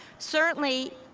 certainly,